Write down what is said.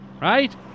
right